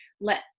Let